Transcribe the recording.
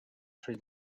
three